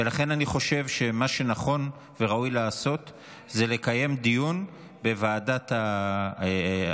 ולכן אני חושב שמה שנכון וראוי לעשות זה לקיים דיון בוועדת העלייה,